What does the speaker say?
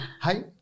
hi